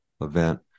event